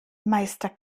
meister